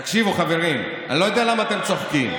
תקשיבו, חברים, אני לא יודע למה אתם צוחקים.